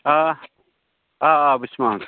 آ آ آ بہٕ چھُس